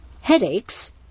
headaches